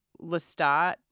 Lestat